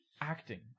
Acting